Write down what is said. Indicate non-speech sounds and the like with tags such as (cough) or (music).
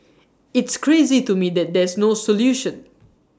(noise) it's crazy to me that there's no solution (noise)